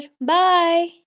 Bye